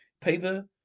Paper